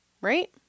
right